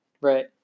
Right